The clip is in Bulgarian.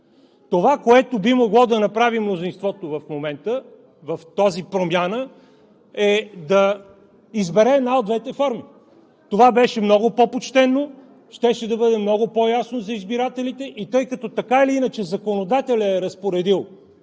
мнозинството би могло да направи в момента в тази промяна, е да избере една от двете форми. Това беше много по-почтено, щеше да бъде много по-ясно за избирателите и, тъй като така или иначе законодателят е разпоредил